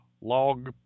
log